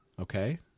Okay